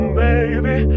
baby